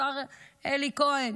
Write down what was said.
השר אלי כהן